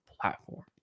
platform